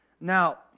Now